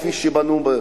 כפי שבנו.